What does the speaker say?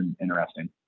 interesting